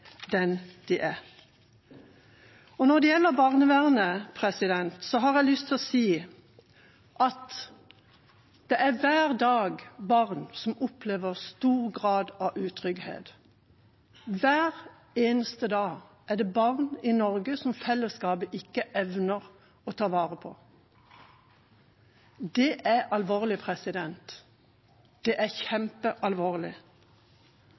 den de er, og at flere uttrykker det. Når det gjelder barnevernet, har jeg lyst til å si at det hver dag er barn som opplever stor grad av utrygghet. Hver eneste dag er det barn i Norge som fellesskapet ikke evner å ta vare på. Det er alvorlig. Det er